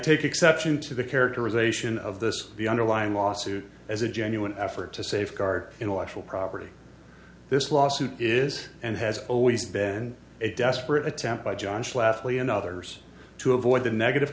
take exception to the characterization of this the underlying lawsuit as a genuine effort to safeguard intellectual property this lawsuit is and has always been a desperate attempt by john schlafly and others to avoid the negative